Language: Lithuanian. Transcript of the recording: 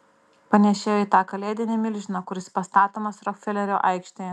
panėšėjo į tą kalėdinį milžiną kuris pastatomas rokfelerio aikštėje